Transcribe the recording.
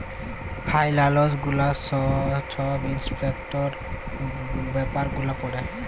ফাইলালস গুলা ছব ইম্পর্টেলট ব্যাপার গুলা পড়ে